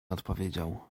odpowiedział